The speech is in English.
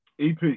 EP